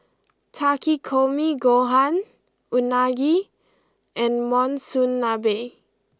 Takikomi Gohan Unagi and Monsunabe